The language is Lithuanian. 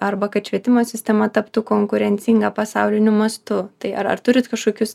arba kad švietimo sistema taptų konkurencinga pasauliniu mastu tai ar ar turit kažkokius